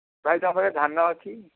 ଭାଇ ତୁମ ପାଖରେ ଧାନ ଅଛି